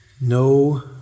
no